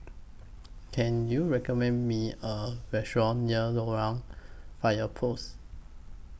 Can YOU recommend Me A Restaurant near Loyang Fire Post